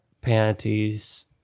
panties